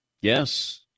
Yes